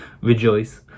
rejoice